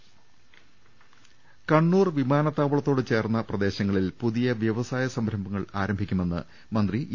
രദ്ദേഷ്ടങ കണ്ണൂർ ്വിമാനത്താവളത്തോട് ചേർന്ന പ്രദേശങ്ങളിൽ പുതിയ വൃവസായ സംരംഭങ്ങൾ ആരംഭിക്കുമെന്ന് മന്ത്രി ഇ